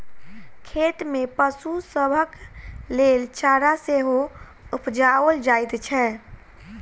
खेत मे पशु सभक लेल चारा सेहो उपजाओल जाइत छै